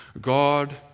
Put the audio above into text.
God